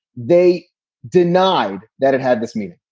they denied that it had this meeting.